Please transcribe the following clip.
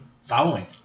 following